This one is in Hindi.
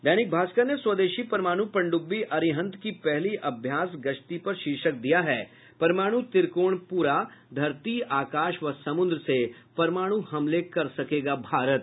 दैनिक भास्कर ने स्वदेशी परमाणु पनड्ब्बी अरिहंत की पहली अभ्यास गश्ती पर शीर्षक दिया है परमाण् त्रिकोण पूरा धरती आकाश व समुद्र से परमाणु हमले कर सकेगा भारत